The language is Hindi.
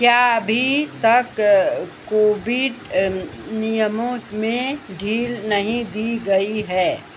क्या अभी तक कोविड नियमों में ढील नहीं दी गई है